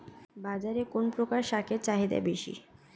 বাজারে কোন প্রকার শাকের চাহিদা বেশী?